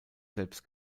selbst